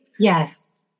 Yes